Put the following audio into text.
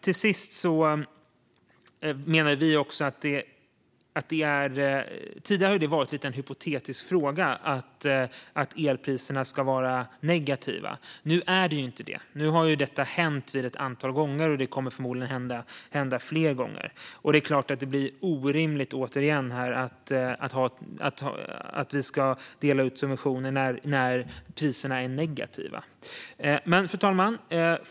Tidigare har det varit en hypotetisk fråga att elpriserna ska vara negativa, men nu är det inte så. Nu har detta hänt ett antal gånger, och det kommer förmodligen att hända fler gånger. Det blir återigen orimligt att dela ut subventioner när priserna är negativa. Fru talman!